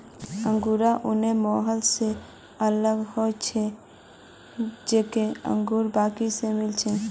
angora ऊन mohair स अलग ह छेक जेको अंगोरा बकरी स मिल छेक